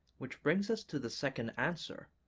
which brings us to the second answer,